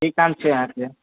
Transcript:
कि काम छै अहाँके